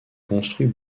construit